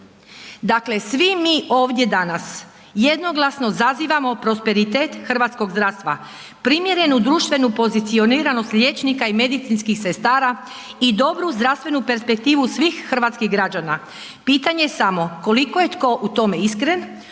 Dakle svi mi ovdje danas jednoglasno zazivamo prosperitet hrvatskog zdravstva, primjerenu društvenu pozicioniranost liječnika i medicinskih sestara i dobru zdravstvenu perspektivu svih hrvatskih građana. Pitanje je samo koliko je tko u tome iskren,